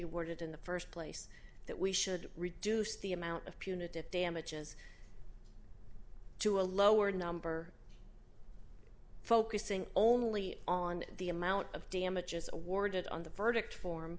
awarded in the st place that we should reduce the amount of punitive damages to a lower number focusing only on the amount of damages awarded on the verdict form